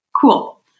Cool